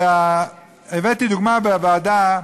הבאתי דוגמה בוועדה,